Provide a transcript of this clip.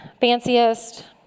fanciest